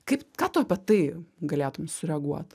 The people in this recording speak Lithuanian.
kaip ką tu apie tai galėtum sureaguot